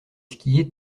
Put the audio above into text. skier